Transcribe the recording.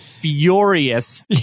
furious